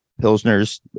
Pilsner's